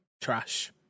Trash